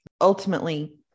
ultimately